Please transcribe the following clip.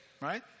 right